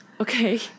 Okay